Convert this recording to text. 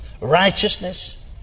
righteousness